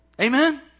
Amen